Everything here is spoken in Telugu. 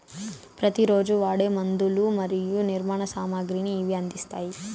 ప్రతి రోజు వాడే మందులు మరియు నిర్మాణ సామాగ్రిని ఇవి అందిస్తాయి